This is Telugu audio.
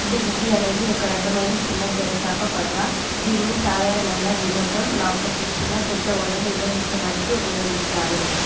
డింగీ అనేది ఒక రకమైన చిన్న తెరచాప పడవ దీనిని సాధారణంగా వినోదం నౌక శిక్షణ పెద్ద ఓడను నిర్వహించడానికి ఉపయోగిస్తారు